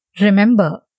Remember